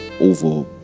over